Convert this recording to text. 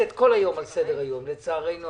שחסרים אדוני ואתה אמרת את זה.